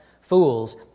Fools